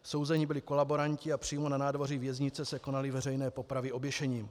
Souzeni byli kolaboranti a přímo na nádvoří věznice se konaly veřejné popravy oběšením.